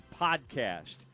podcast